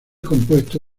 compuesto